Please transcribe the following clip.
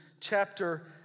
chapter